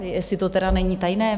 Jestli to tedy není tajné.